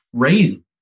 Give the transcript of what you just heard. crazy